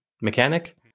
mechanic